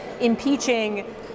impeaching